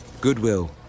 Goodwill